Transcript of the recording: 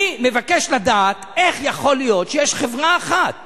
אני מבקש לדעת איך יכול להיות שיש חברה אחת